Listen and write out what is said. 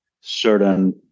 certain